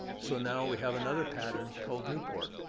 so now, we have another pattern called newport.